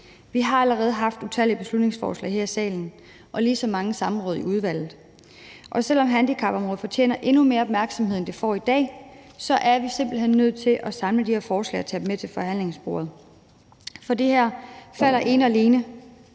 Vi har allerede haft utallige beslutningsforslag her i salen og lige så mange samråd i udvalget, og selv om handicapområdet fortjener endnu mere opmærksomhed, end det får i dag, så er vi simpelt hen nødt til at samle de her forslag og tage dem med til forhandlingsbordet. For det her falder ene og alene